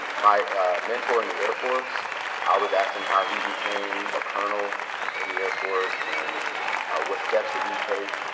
my mentor in the air force i always asked him how he became a colonel in the air force and what steps did he take.